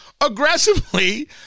aggressively